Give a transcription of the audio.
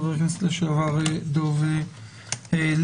חבר הכנסת לשעבר דב ליפמן,